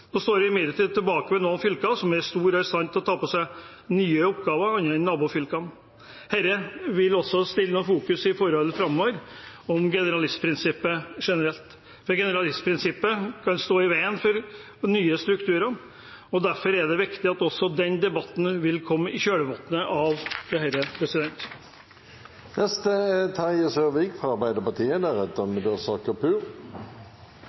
med noen fylker som er store og i stand til å ta på seg nye oppgaver, andre enn nabofylkene. Dette vil framover stille noen spørsmål om generalistprinsippet generelt. Generalistprinsippet kan stå i veien for nye strukturer, og derfor er det viktig at også den debatten kommer i kjølvannet av dette. I motsetning til forrige regjering ønsker denne regjeringen å styrke fylkeskommunen som samfunnsutvikler. Å legge ned det regionale folkevalgte nivået er